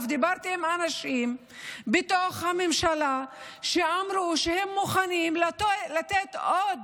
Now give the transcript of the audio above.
דיברתי עם אנשים בתוך הממשלה שאמרו שהם מוכנים לתת עוד